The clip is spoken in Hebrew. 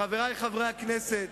חברי חברי הכנסת,